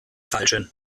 falschen